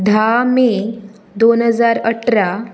धा मे दोन हजार अठरा